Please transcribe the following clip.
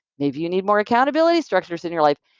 maybe you need more accountability structures in your life.